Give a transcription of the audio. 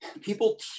people